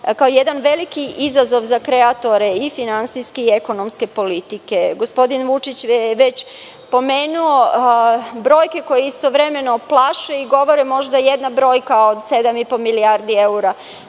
kao jedan veliki izazov za kreatore i finansijske i ekonomske politike. Gospodin Vučić je već pomenuo brojke koje istovremeno plaše. Možda jedna brojka od 7,5 milijardi evra